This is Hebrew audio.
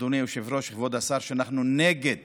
אדוני היושב-ראש וכבוד השר, היא שאנחנו נגד